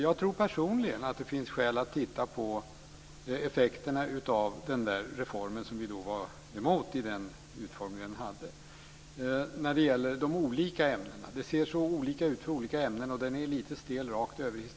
Jag tror personligen att det finns skäl att titta på effekterna av den reform vi var emot, i den utformning den hade, när det gäller de olika ämnena. Det ser olika ut för olika ämnen, och den är lite stel rakt över.